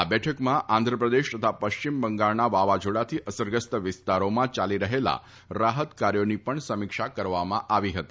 આ બેઠકમાં આંધ્રપ્રદેશ તથા પશ્ચિમ બંગાળના વાવાઝોડાથી અસરગ્રસ્ત વિસ્તારોમાં ચાલી રફેલા રાફત કાર્યોની પણ સમીક્ષા કરવામાં આવી હતી